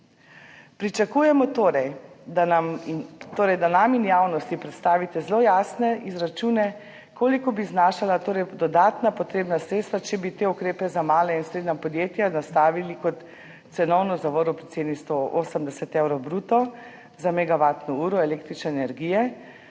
Pričakujemo torej, da nam in javnosti predstavite zelo jasne izračune, koliko bi znašala dodatna potrebna sredstva, če bi te ukrepe za mala in srednja podjetja nastavili kot cenovno zavoro pri ceni 180 evrov bruto za megavatno uro električne energije,